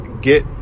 get